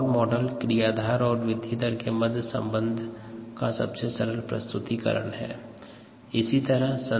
Monod model क्रियाधार और वृद्धि दर के मध्य संबंध का सबसे सरल प्रस्तुतिकरण है